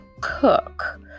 Cook